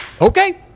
okay